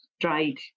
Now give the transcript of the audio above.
Dried